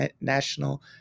national